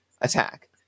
attack